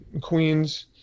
Queens